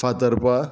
Fatorpa